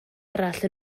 arall